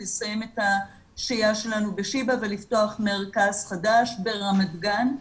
לסיים את השהייה שלנו בשיבא ולפתוח מרכז חדש ברמת גן,